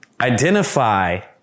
Identify